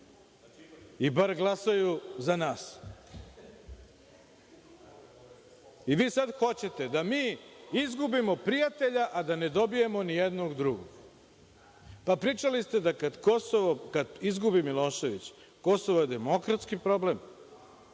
i bar glasaju za nas. Vi sada hoćete da mi izgubimo prijatelja, a da ne dobijemo nijednog drugog. Pričali ste da kada izgubi Milošević, Kosovo je demokratski problem.